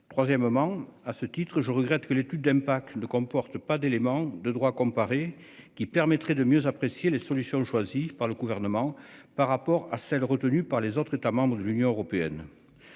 Troisièmement, à ce titre, je regrette que l'étude d'impact ne comporte pas d'élément de droit comparé qui permettrait de mieux apprécier les solutions choisies par le gouvernement par rapport à celles retenues par les autres États membres de l'Union européenne.